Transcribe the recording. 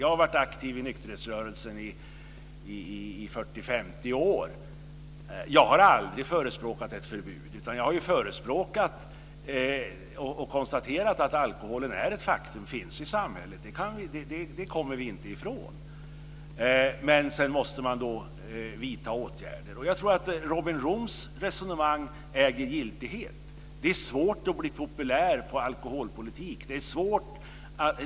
Jag har varit aktiv i nykterhetsrörelsen i 40-50 år, och jag har aldrig förespråkat ett förbud. Jag har konstaterat att alkoholen är ett faktum och finns i samhället. Det kommer vi inte ifrån, men vi måste vidta åtgärder. Jag tror att Robin Roos resonemang äger giltighet. Det är svårt att bli populär på alkoholpolitik.